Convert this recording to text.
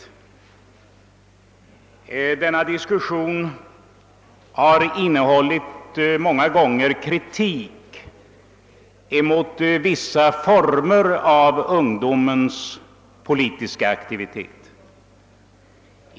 I denna diskussion har många gånger förekommit kritik mot vissa former av denna aktivitet.